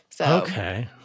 Okay